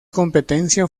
competencia